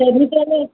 ସେମିତି ହେଲେ